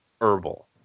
herbal